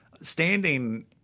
Standing